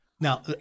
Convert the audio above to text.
Now